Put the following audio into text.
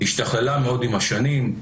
השתכללה מאוד עם השנים,